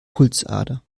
pulsader